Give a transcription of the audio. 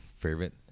Favorite